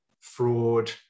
fraud